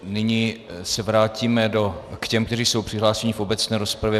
Nyní se vrátíme k těm, kteří jsou přihlášeni do obecné rozpravy.